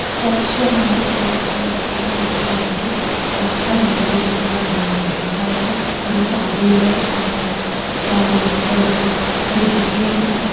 സെക്ഷനായി ലഭിക്കാൻ പറ്റുന്ന രീതിയിലൊരു വസ്ത്രം നെയ്തെടുക്കുക എന്നുള്ളതാണ് അതായത് ഒരു സാരിയുടെ സാരിയതോടൊപ്പം ഒരു ജുബ്ബയും